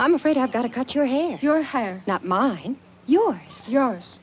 i'm afraid i've got to cut your hair your higher not mine yours yours